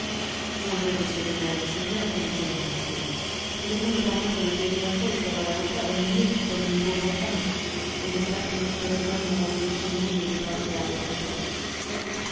mon dieu monsieur le maire je sais bien que nous sommes ridicules voulez-vous me permettre de plaider ma cause comme un avocat ou mieux comme une pauvre femme et j'espère que vous voudrez bien nous renvoyer chez nous et nous épargner la honte des poursuites